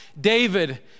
David